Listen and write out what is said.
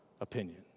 opinion